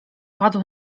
padł